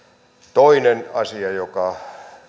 toinen asia joka